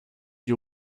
you